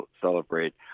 celebrate